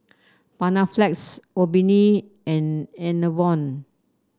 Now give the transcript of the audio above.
Panaflex Obimin and Enervon